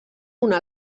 una